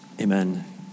Amen